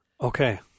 Okay